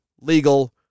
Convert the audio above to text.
legal